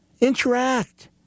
interact